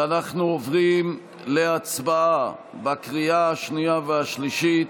ואנחנו עוברים להצבעה בקריאה השנייה והשלישית